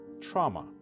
trauma